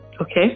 Okay